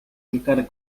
giocare